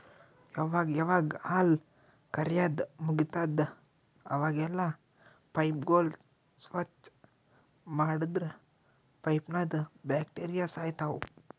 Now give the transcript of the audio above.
ಯಾವಾಗ್ ಯಾವಾಗ್ ಹಾಲ್ ಕರ್ಯಾದ್ ಮುಗಿತದ್ ಅವಾಗೆಲ್ಲಾ ಪೈಪ್ಗೋಳ್ ಸ್ವಚ್ಚ್ ಮಾಡದ್ರ್ ಪೈಪ್ನಂದ್ ಬ್ಯಾಕ್ಟೀರಿಯಾ ಸಾಯ್ತವ್